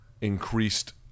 increased